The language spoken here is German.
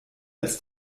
als